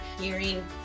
hearing